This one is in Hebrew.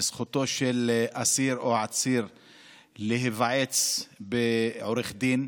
בזכותו של אסיר או עציר להיוועץ בעורך דין,